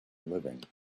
living